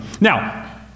Now